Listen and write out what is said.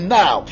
now